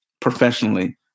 professionally